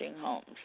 homes